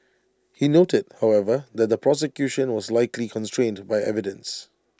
he noted however that the prosecution was likely constrained by evidence